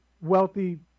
wealthy